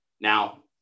Now